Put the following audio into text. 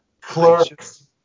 clerks